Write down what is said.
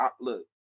look